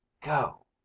Go